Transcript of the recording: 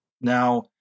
Now